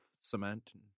cement